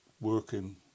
working